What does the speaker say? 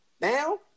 now